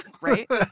Right